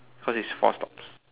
cause it's four stops